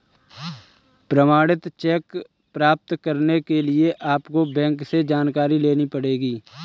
प्रमाणित चेक प्राप्त करने के लिए आपको बैंक से जानकारी लेनी पढ़ेगी